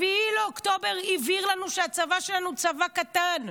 7 באוקטובר הבהיר לנו שהצבא שלנו הוא צבא קטן,